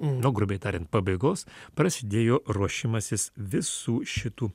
nu grubiai tariant pabaigos prasidėjo ruošimasis visų šitų